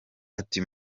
ati